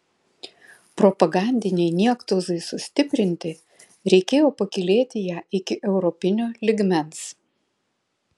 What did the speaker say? propagandinei niektauzai sustiprinti reikėjo pakylėti ją iki europinio lygmens